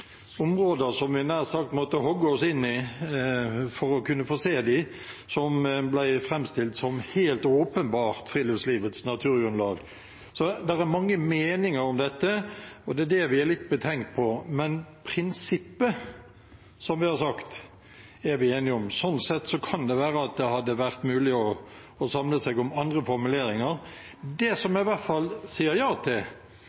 områder som vi nær sagt måtte hogge oss inn i for å kunne få sett, som ble framstilt som helt åpenbare friluftslivets naturgrunnlag. Så det er mange meninger om dette, og det er det som gjør oss litt betenkt. Men prinsippet er vi, som vi har sagt, enige om. Sånn sett kan det være at det hadde vært mulig å samle seg om andre formuleringer. Det som jeg i hvert fall sier ja til,